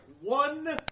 one